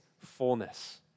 fullness